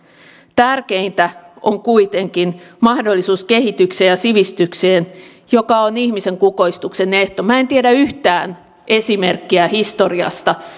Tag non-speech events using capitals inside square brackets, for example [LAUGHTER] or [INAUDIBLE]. tärkeintä on kuitenkin mahdollisuus kehitykseen ja sivistykseen joka on ihmisen kukoistuksen ehto minä en tiedä yhtään esimerkkiä historiasta [UNINTELLIGIBLE]